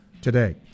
today